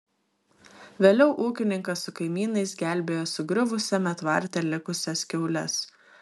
vėliau ūkininkas su kaimynais gelbėjo sugriuvusiame tvarte likusias kiaules